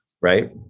Right